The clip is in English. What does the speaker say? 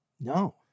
No